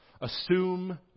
Assume